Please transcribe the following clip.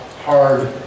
hard